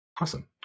Awesome